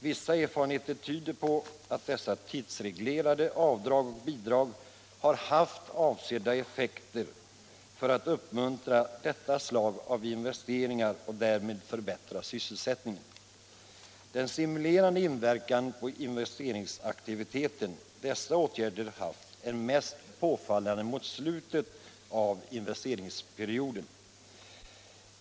Vissa erfarenheter tyder på att dessa tidsreglerade avdrag och bidrag har haft avsedda effekter för att uppmuntra ifrågavarande slag av investeringar och därmed förbättra sysselsättningen. Den stimulerande inverkan på investeringsaktiviteten genom dessa åtgärder är mest påfallande mot slutet av investeringsperioden.